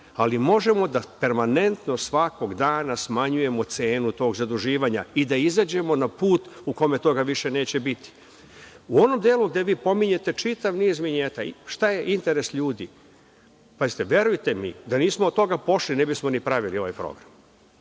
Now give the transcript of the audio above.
ali možemo da permanentno svakog dana smanjujemo cenu tog zaduživanja i da izađemo na put u kome toga više neće biti.U onom delu gde vi pominjete čitav niz vinjeta i šta je interes ljudi, pazite, verujte mi, da nismo od toga pošli ne bismo ni pravili ovaj program.